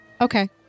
Okay